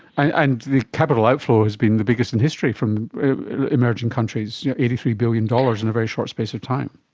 and the capital outflow has been the biggest in history from emerging countries, eighty three billion dollars in a very short space of time.